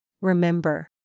Remember